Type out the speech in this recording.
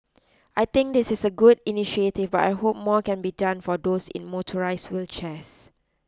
I think this is a good initiative but I hope more can be done for those in motorised wheelchairs